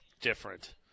different